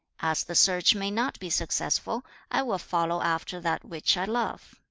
as the search may not be successful, i will follow after that which i love